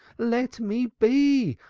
let me be!